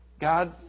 God